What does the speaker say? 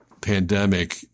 pandemic